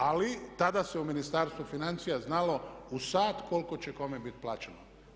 Ali tada se u Ministarstvu financija znalo u sat koliko će kome biti plaćeno.